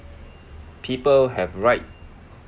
people have right